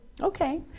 Okay